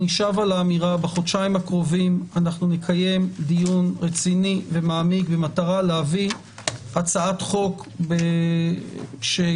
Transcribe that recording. בחודשיים הקרובים נקיים דיון מעמיק ורציני במטרה להביא הצעת חוק שמאפשרת